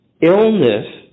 illness